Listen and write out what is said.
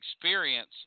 experience